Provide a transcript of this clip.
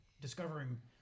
discovering